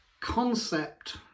concept